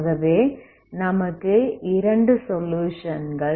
ஆகவே நமக்கு இரண்டு சொலுயுஷன்கள்